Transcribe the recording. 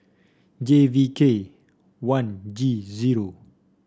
J V K one G zero